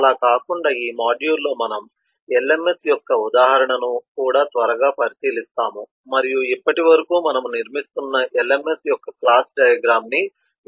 అలా కాకుండా ఈ మాడ్యూల్లో మనము ఎల్ఎంఎస్ యొక్క ఉదాహరణను కూడా త్వరగా పరిశీలిస్తాము మరియు ఇప్పటివరకు మనము నిర్మిస్తున్న ఎల్ఎంఎస్ యొక్క క్లాస్ డయాగ్రామ్ ని మెరుగుపరచడానికి ప్రయత్నిస్తాము